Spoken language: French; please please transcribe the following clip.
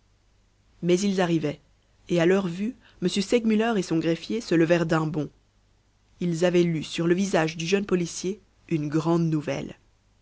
mais ils arrivaient et à leur vue m segmuller et son greffier se levèrent d'un bond ils avaient lu sur le visage du jeune policier une grande nouvelle